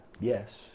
Yes